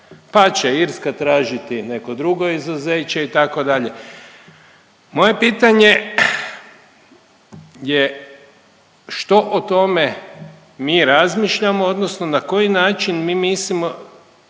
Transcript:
Pa će Irska tražiti neko drugo izuzeće itd. Moje pitanje je što o tome mi razmišljamo odnosno na koji način mi mislimo,